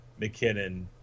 McKinnon